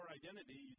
identity